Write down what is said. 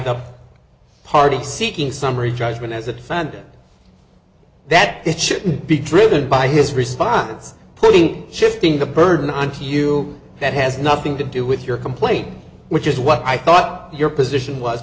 the party seeking summary judgment as a defendant that it shouldn't be triggered by his response putting shifting the burden onto you that has nothing to do with your complaint which is what i thought your position was